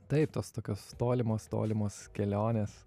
taip tos tokios tolimos tolimos kelionės